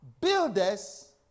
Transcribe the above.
builders